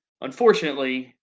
unfortunately